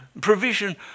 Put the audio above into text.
provision